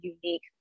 unique